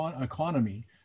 economy